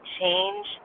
change